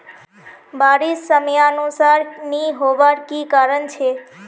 बारिश समयानुसार नी होबार की कारण छे?